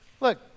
look